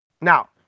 Now